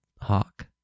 hawk